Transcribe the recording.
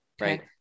right